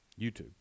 YouTube